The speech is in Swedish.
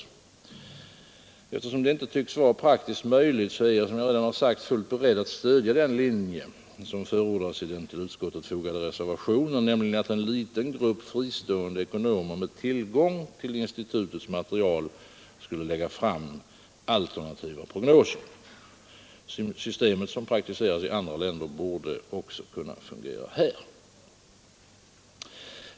Men eftersom detta inte tycks vara praktiskt möjligt är jag, som jag redan sagt, fullt beredd att stödja den linje som förordas i den till utskottsbetänkandet fogade reservationen, nämligen att en liten grupp fristående ekonomer med tillgång till konjunkturinstitutets material skulle lägga fram alternativa konjunkturprognoser. Systemet — som praktiseras i andra länder — borde också kunna fungera här.